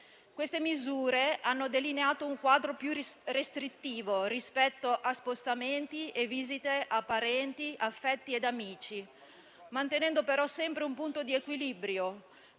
Queste misure hanno delineato un quadro più restrittivo rispetto a spostamenti e visite a parenti e amici, mantenendo, però, sempre un punto di equilibrio